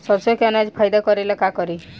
सरसो के अनाज फायदा करेला का करी?